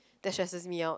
destresses me out